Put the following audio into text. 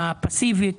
הפסיבית,